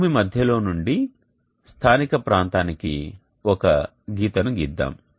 భూమి మధ్యలో నుండి స్థానిక ప్రాంతానికి ఒక గీతను గీద్దాం